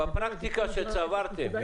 בפרקטיקה שצברתם,